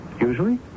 usually